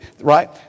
right